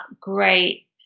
great